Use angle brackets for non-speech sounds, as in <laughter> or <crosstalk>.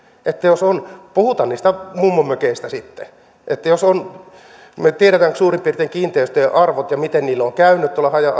jos puhutaan niistä mummonmökeistä sitten me me tiedämme suurin piirtein kiinteistöjen arvot ja sen miten niille on käynyt tuolla haja <unintelligible>